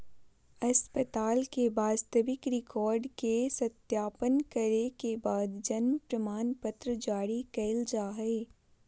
अस्पताल के वास्तविक रिकार्ड के सत्यापन करे के बाद जन्म प्रमाणपत्र जारी कइल जा हइ